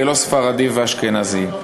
ולא ספרדי ואשכנזי,